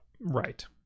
Right